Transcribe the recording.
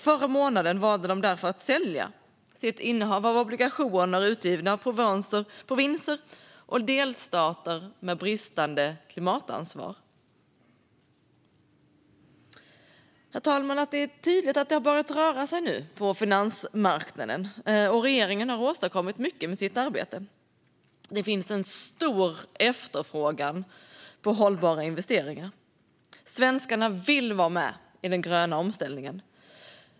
Förra månaden valde de därför att sälja sitt innehav av obligationer utgivna av provinser och delstater med ett bristande klimatansvar. Herr talman! Det är tydligt att det börjar röra sig nu på finansmarknaden och att regeringen har åstadkommit mycket med sitt arbete. Det finns en stor efterfrågan på hållbara investeringar. Svenskarna vill vara med i den gröna omställningen.